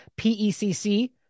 PECC